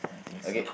okay